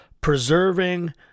preserving